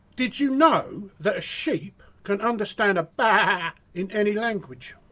did you know that a sheep can understand a baaa in any language?